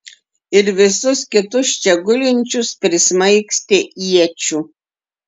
ir visus kitus čia gulinčius prismaigstė iečių